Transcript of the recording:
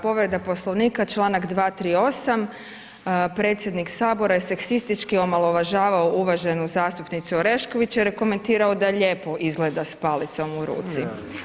Povreda Poslovnika čl. 238. predsjednik Sabora je seksistički omalovažavao uvaženu zastupnicu Orešković jer je komentirao da je lijepo izgleda s palicom u ruci.